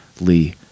Lee